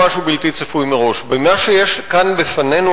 במה שיש כאן בפנינו,